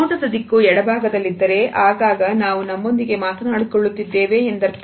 ನೋಟದ ದಿಕ್ಕು ಎಡ ಭಾಗದಲ್ಲಿದ್ದರೆ ಆಗಾಗ ನಾವು ನಮ್ಮೊಂದಿಗೆ ಮಾತನಾಡಿಕೊಳ್ಳುತ್ತಿದ್ದೇವೆ ಎಂದರ್ಥ